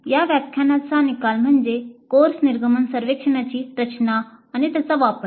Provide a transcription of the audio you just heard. या व्याख्यानाचा निकाल म्हणजे कोर्स निर्गमन सर्वेक्षणची रचना आणि त्याचा वापर